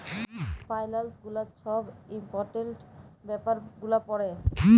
ফাইলালস গুলা ছব ইম্পর্টেলট ব্যাপার গুলা পড়ে